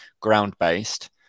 ground-based